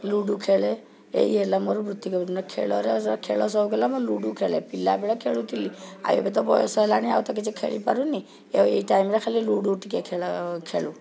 ludo ଖେଳେ ଏହି ହେଲା ମୋର ବୃତ୍ତି ଖେଳର ଖେଳ ସଉକ ହେଲା ମୁଁ ଲୁଡ଼ୁ ଖେଳେ ପିଲାବେଳେ ଖେଳୁଥିଲି ଆଉ ଏବେ ତ ବୟସ ହେଲାଣି ଆଉ ତ କିଛି ଖେଳିପାରୁନି ଏଇ ଟାଇମ୍ରେ ଖାଲି ଲୁଡ଼ୁ ଟିକେ ଖେଳ ଖେଳୁ